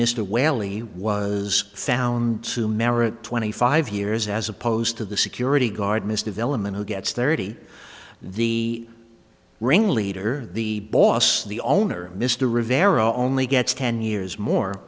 mr whaley was found to merit twenty five years as opposed to the security guard miss development who gets thirty the ringleader the boss the owner mr rivera only gets ten years